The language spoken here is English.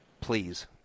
Please